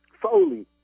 Foley